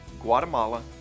Guatemala